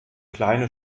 kleine